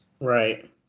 right